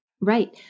Right